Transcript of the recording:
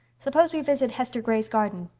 suppose we visit hester gray's garden.